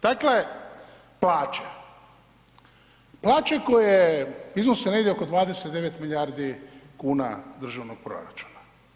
Dakle, plaće, plaće koje iznose negdje oko 29 milijardi kuna državnog proračuna.